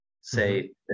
say